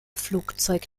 flugzeug